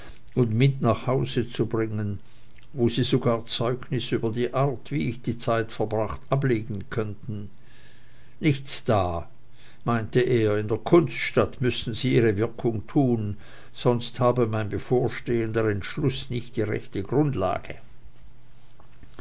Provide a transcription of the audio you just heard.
und mit nach hause zu bringen wo sie sogar zeugnis über die art wie ich die zeit verbracht ablegen könnten nichts da meinte er in der kunststadt müßten sie ihre wirkung tun sonst habe mein bevorstehender entschluß nicht die rechte grundlage